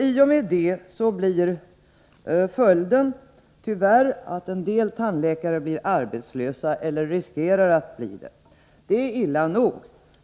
Följden av detta blir att en del tandläkare tyvärr blir arbetslösa eller riskerar att bli det. Det är illa nog.